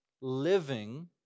living